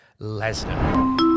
Lesnar